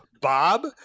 Bob